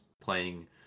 playing